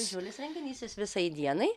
didžiulis renginys jis visai dienai